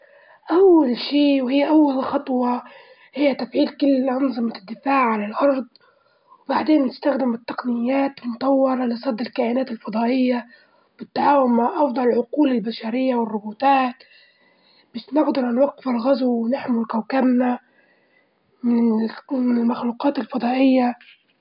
أول شي وهي أول خطوة هي تفعيل كل الأنظمة الدفاع عن الأرض، بعدين نستخدم التقنيات المطولة لصد الكائنات الفضائية بالتعاون مع أفضل العقول البشرية والروبوتات، بس نجدر نوجفو الغزو ونحمو كوكبنا من المخلوقات الفضائية.